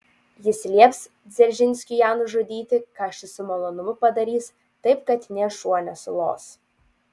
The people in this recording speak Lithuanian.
jis lieps dzeržinskiui ją nužudyti ką šis su malonumu padarys taip kad nė šuo nesulos